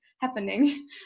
happening